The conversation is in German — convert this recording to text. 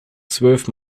zwölf